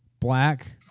black